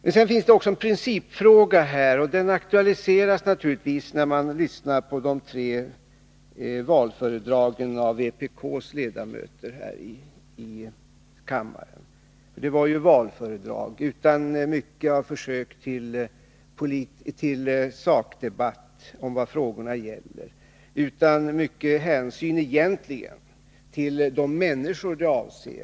Det finns också en principfråga här, och den aktualiseras naturligtvis när man lyssnar på de tre valföredragen av vpk-representanterna här i kammaren. Det var ju valföredrag — utan mycket av försök till sakdebatt om vad frågorna gäller och egentligen utan särskilt stor hänsyn till de människor som är berörda.